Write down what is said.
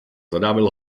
zadávil